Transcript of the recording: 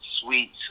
sweet